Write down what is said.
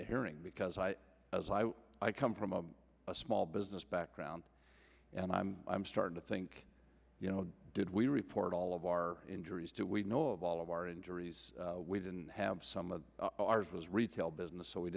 the hearing because i as i i come from a small business background and i'm i'm starting to think you know did we report all of our injuries do we know of all of our injuries we didn't have some of ours was retail business so we